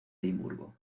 edimburgo